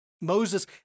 Moses